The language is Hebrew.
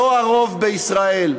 לא הרוב בישראל.